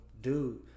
dude